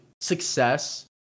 success